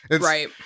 Right